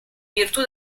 virtù